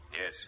Yes